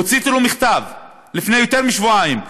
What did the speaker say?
הוצאתי לו מכתב לפני יותר משבועיים,